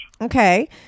Okay